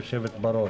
גבירתי היו"ר,